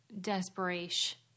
desperation